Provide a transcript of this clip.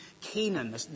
Canaan